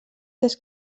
des